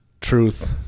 truth